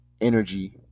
energy